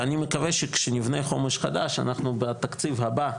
ואני מקווה שכשנבנה חומש חדש אנחנו בתקציב הבא,